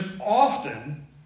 often